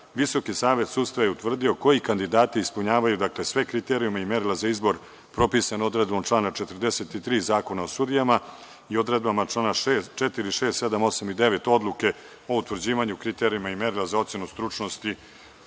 višeg suda, VSS je utvrdio koji kandidati ispunjavaju sve kriterijume i merila za izbor propisana odredbama člana 43. Zakona o sudijama i odredbama čl. 4, 6, 7, 8. i 9. Odluke o utvrđivanju kriterijuma i merila za ocenu stručnosti,